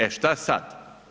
E šta sad?